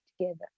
together